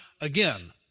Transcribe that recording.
again